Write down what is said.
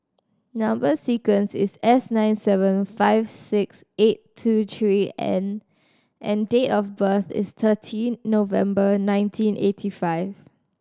number sequence is S nine seven five six eight two three N and date of birth is thirteen November nineteen eighty five